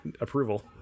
approval